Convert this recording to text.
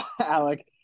Alec